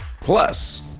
plus